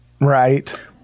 Right